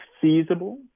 feasible